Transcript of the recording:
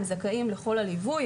הם זכאים לכל הליווי,